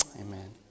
Amen